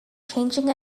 changing